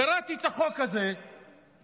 קראתי את החוק הזה והתביישתי.